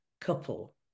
couple